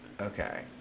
Okay